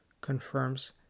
confirms